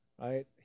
right